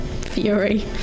fury